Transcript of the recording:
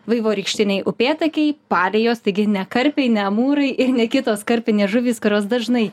vaivorykštiniai upėtakiai palijos taigi ne karpiai ne mūrai ir ne kitos karpinės žuvys kurios dažnai